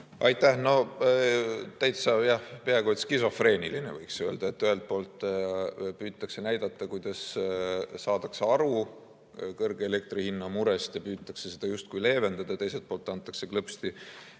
Aitäh! No peaaegu skisofreeniline, võiks öelda. Ühelt poolt püütakse näidata, kuidas saadakse aru kõrge elektrihinna murest ja püütakse seda justkui leevendada. Teiselt poolt antakse klõpsti